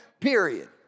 period